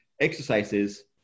exercises